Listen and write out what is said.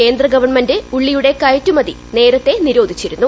കേന്ദ്രഗവൺമെന്റ് ഉള്ളിയുടെ കയറ്റുമതി നേരത്തെ നിരോധിച്ചിരുന്നു